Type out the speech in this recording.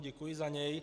Děkuji za něj.